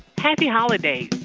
happy holidays.